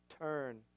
turn